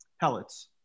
pellets